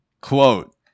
quote